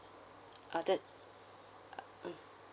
uh that mm